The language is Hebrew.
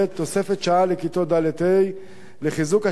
תוספת שעה לכיתות ד'-ה' לחיזוק השפה